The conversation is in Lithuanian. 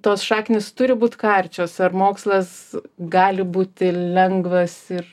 tos šaknys turi būt karčios ar mokslas gali būti lengvas ir